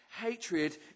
Hatred